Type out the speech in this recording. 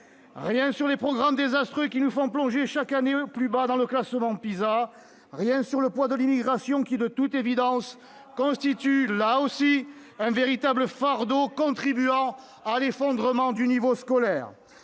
Rien sur les programmes désastreux qui nous font plonger chaque année plus bas dans le classement PISA ; rien sur le poids de l'immigration, ... Il y avait longtemps !... qui, de toute évidence, constitue, là aussi, un véritable fardeau, contribuant à l'effondrement du niveau scolaire